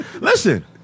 Listen